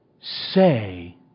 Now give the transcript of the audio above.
say